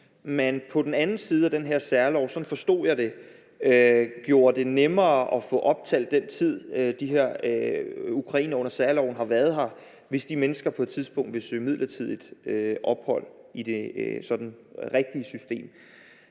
man på den anden side af den her særlov – sådan forstod jeg det – gjorde det nemmere at få optalt den tid, de her ukrainere under særloven har været her, hvis de mennesker på et tidspunkt vil søge midlertidigt ophold i det sådan rigtige system.